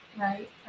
right